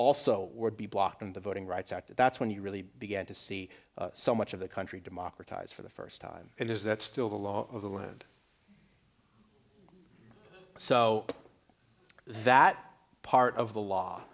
also were be blocked in the voting rights act that's when you really began to see so much of the country democratize for the first time and is that still the law of the and so that part of the